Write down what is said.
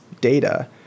data